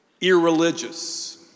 irreligious